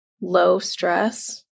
low-stress